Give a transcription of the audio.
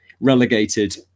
relegated